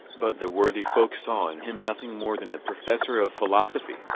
but the worthy folk saw in him nothing more than a professor of philosophy,